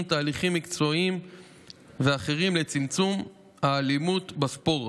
תהליכים מקצועיים ואחרים לצמצום האלימות בספורט,